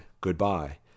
goodbye